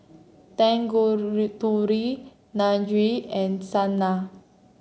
and Saina